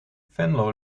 venlo